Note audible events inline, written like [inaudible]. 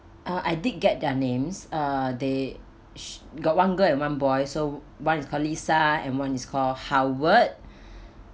uh I did get their names uh they got one girl and one boy so one is called lisa and one is called howard [breath]